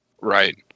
right